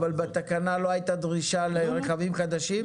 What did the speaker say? אבל בתקנה לא הייתה דרישה לרכבים חדשים?